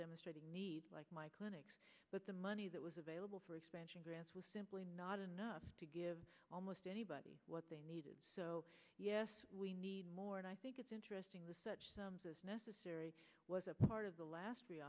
demonstrating need like my clinics but the money that was available for expansion grants was simply not enough to give almost anybody what they needed so yes we need more and i think it's interesting the such necessary was a part of the last